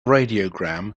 radiogram